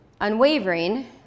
Unwavering